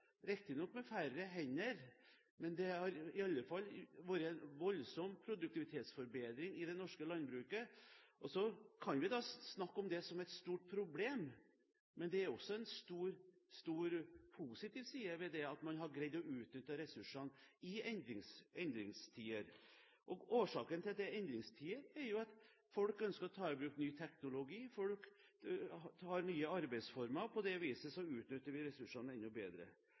riktignok med færre aktører og med færre hender, men det har i alle fall vært en voldsom produktivitetsforbedring i det norske landbruket. Så kan vi snakke om det som et stort problem, men det er også en positiv side ved det at man har greid å utnytte ressursene i endringstider. Årsaken til at det er endringstider, er at folk ønsker å ta i bruk ny teknologi og ha nye arbeidsformer – og på det viset utnytter vi ressursene enda bedre.